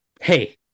hey